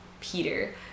Peter